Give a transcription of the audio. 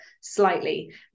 slightly